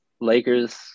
Lakers